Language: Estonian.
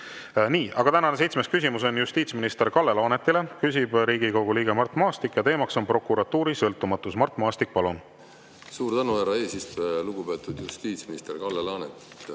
Nii! Tänane seitsmes küsimus on justiitsminister Kalle Laanetile, küsib Riigikogu liige Mart Maastik ja teema on prokuratuuri sõltumatus. Mart Maastik, palun! Suur tänu, härra eesistuja! Lugupeetud justiitsminister Kalle Laanet!